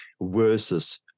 Versus